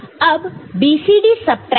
अब BCD subtraction